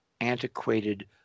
antiquated